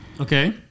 Okay